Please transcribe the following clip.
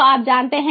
तो आप जानते हैं